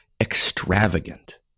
extravagant